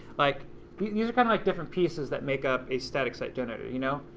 like but and these are kind of like different pieces that make up a static site generator, you know.